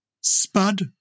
spud